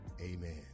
Amen